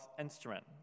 instrument